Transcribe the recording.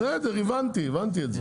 הבנתי את זה.